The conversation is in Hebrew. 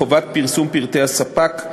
חובת פרסום פרטי הספק),